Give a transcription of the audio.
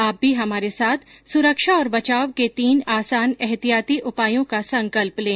आप भी हमारे साथ सुरक्षा और बचाव के तीन आसान एहतियाती उपायों का संकल्प लें